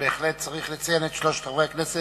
בהחלט צריך לציין את שלושת חברי הכנסת